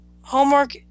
homework